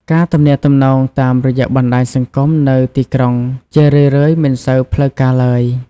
ការទំនាក់ទំនងតាមរយៈបណ្ដាញសង្គមនៅទីក្រុងជារឿយៗមិនសូវផ្លូវការឡើយ។